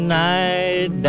night